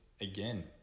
again